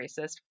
racist